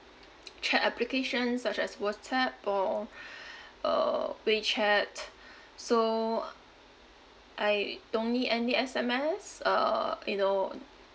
chat applications such as whatsapp or uh wechat so I don't need any S_M_S uh you know